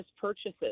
purchases